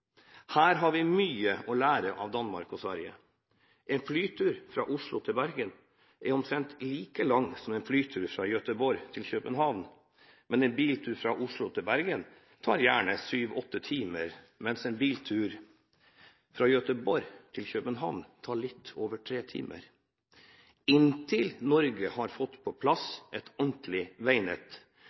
Her har vi mye å lære av Danmark og Sverige. En flytur fra Oslo til Bergen er omtrent like lang som en flytur fra Gøteborg til København. En biltur fra Oslo til Bergen tar gjerne 7–8 timer, mens en biltur fra Gøteborg til København tar bare litt over 3 timer. Inntil Norge har fått på plass et ordentlig veinett